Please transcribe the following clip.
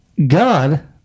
God